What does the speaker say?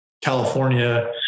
California